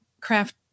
craft